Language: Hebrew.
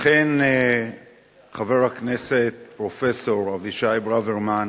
אכן, חבר הכנסת פרופסור אבישי ברוורמן,